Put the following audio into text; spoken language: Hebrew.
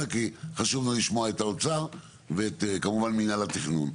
כי חשוב לנו לשמוע את האוצר ואת כמובן מנהל התכנון.